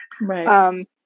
Right